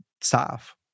staff